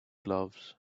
gloves